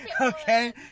okay